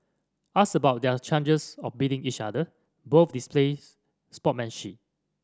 asked about their chances of beating each other both displayed sportsmanship